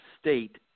state